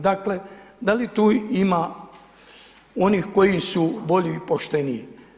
Dakle, da li tu ima onih koji su bolji i pošteniji.